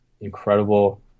Incredible